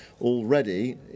already